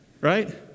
right